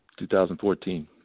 2014